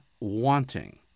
wanting